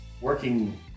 working